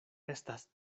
estas